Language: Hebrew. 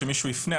כשמישהו יפנה,